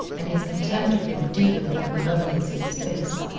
and his contempt of them deepened the malevolence of his face.